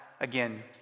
again